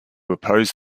oppose